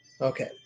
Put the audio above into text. Okay